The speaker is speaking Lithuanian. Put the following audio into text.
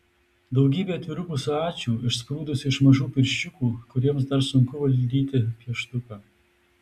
daugybė atvirukų su ačiū išsprūdusiu iš mažų pirščiukų kuriems dar sunku valdyti pieštuką